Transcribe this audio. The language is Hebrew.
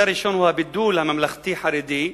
הבידול הממלכתי חרדי,